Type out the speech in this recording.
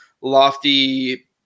lofty